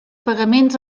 pagaments